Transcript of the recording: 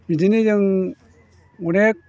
बिदिनो जों अनेक